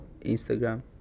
Instagram